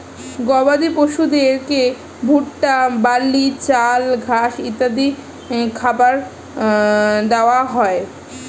গবাদি পশুদেরকে ভুট্টা, বার্লি, চাল, ঘাস ইত্যাদি খাবার দেওয়া হয়